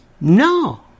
No